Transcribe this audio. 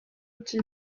deep